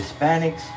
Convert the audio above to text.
Hispanics